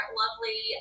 lovely